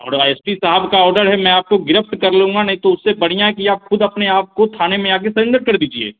और S P साहब का ऑर्डर है मैं आप को गिरफ्त कर लूँगा नहीं तो उससे बढ़िया है कि आप खुद अपने आप को थाने में आ कर सरेंडर कर दीजिए